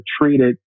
treated